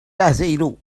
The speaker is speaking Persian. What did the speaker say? نذر، اماهیچوقت